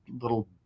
little